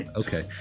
okay